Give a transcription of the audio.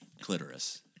Clitoris